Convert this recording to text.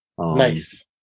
Nice